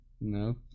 No